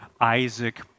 Isaac